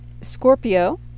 Scorpio